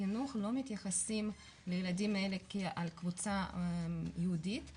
החינוך לא מתייחסים לילדים האלה כאל קבוצה ייעודית,